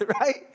right